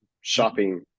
shopping